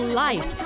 life